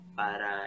para